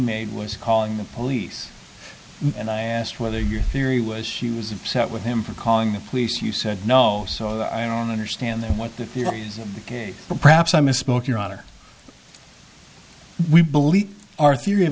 made was calling the police and i asked whether your theory was she was upset with him for calling the police you said no so i don't understand what the theories of the case but perhaps i misspoke your honor we believe our theory of